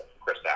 Chris